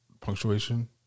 punctuation